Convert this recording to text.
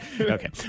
Okay